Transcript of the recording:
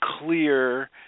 clear